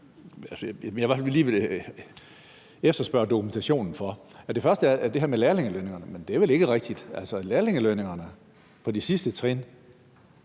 jeg lige vil efterspørge dokumentation for. Det første er det her med lærlingelønningerne; det er vel ikke rigtigt. Altså, hvis man beregner